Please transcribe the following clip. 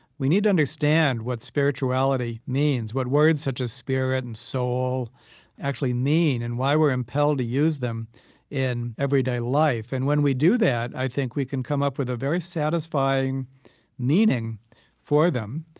we need to understand what spirituality means, what words such as spirit and soul actually mean and why we're impelled to use them in everyday life and when we do that, i think we can come up with a very satisfying meaning for them,